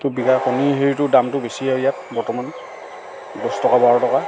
তো বিকা কণীৰ হেৰিটো দামটো বেছি আৰু ইয়াত বৰ্তমান দছ টকা বাৰ টকা